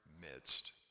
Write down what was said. midst